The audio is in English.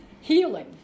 healing